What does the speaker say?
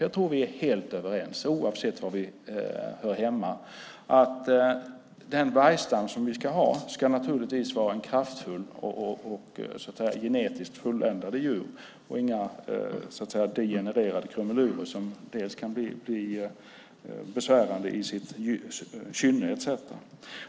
Jag tror att vi är helt överens, oavsett var vi hör hemma, om att den vargstam vi ska ha naturligtvis ska vara kraftfull och ha genetiskt fulländade djur och inga degenererade krumelurer som bland annat kan bli besvärande i kynnet.